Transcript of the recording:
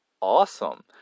awesome